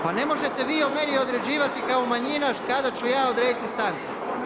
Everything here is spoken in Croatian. Pa ne možete vi meni određivati kao manjinaš kada ću ja odrediti stanku.